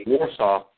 Warsaw